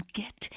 get